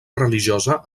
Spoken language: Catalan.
religiosa